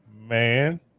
Man